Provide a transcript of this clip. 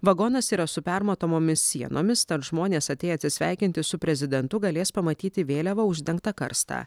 vagonas yra su permatomomis sienomis tad žmonės atėję atsisveikinti su prezidentu galės pamatyti vėliava uždengtą karstą